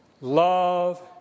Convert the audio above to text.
love